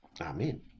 Amen